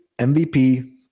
MVP